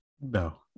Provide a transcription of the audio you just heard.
No